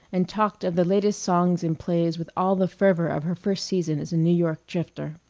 and talked of the latest songs and plays with all the fervor of her first season as a new york drifter.